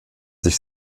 sich